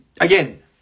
again